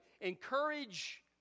encourage